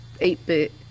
eight-bit